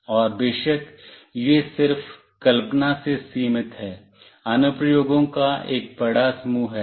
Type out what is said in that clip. और बेशक यह सिर्फ कल्पना से सीमित है अनुप्रयोगों का एक बड़ा समूह है